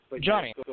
Johnny